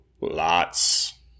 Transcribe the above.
lots